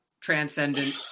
transcendent